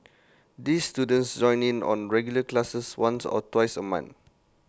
these students join in on regular classes once or twice A month